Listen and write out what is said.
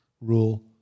rule